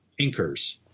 inkers